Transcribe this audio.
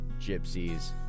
gypsies